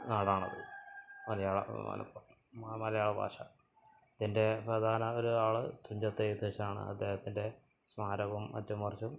നാടാണത് മലയാള മാ മലയാള ഭാഷ ഇതിന്റെ പ്രധാന ഒരു ആൾ തുഞ്ചത്ത് എഴുത്തച്ഛനാണ് അദ്ദേഹത്തിന്റെ സ്മാരകവും മറ്റും മറിച്ചും